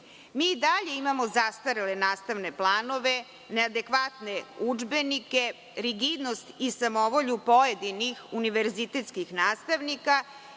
Mi i dalje imamo zastarele nastavne planove, neadekvatne udžbenike, rigidnost i samovolju pojedinih univerzitetskih nastavnika